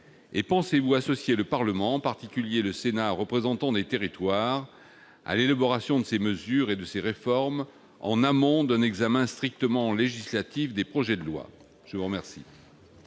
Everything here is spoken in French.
? Pensez-vous associer le Parlement, en particulier le Sénat, représentant des territoires, à l'élaboration de ces mesures et de ces réformes, en amont d'un examen strictement législatif des projets de loi ? La parole